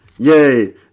Yay